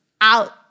out